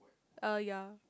uh ya